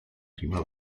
prima